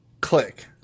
click